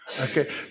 okay